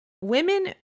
women